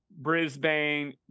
brisbane